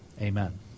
amen